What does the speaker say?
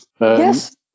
Yes